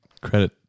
Credit